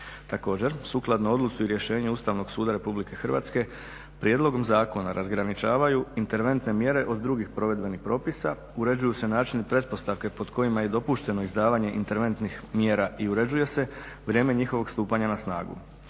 Također sukladno odluci i rješenju Ustavnog suda RH prijedlogom zakona razgraničavaju interventne mjere od drugih provedbenih propisa, uređuju se načini i pretpostavke pod kojima je dopušteno izdavanje interventnih mjera i uređuje se vrijeme njihovog stupanja na snagu.